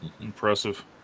Impressive